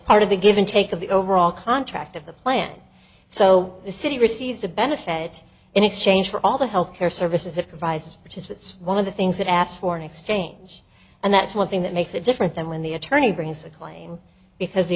part of the give and take of the overall contract of the planet so the city receives the benefit in exchange for all the health care services it provides which is what's one of the things that asked for an exchange and that's one thing that makes it different than when the attorney brings a claim because the